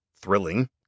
thrilling